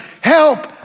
help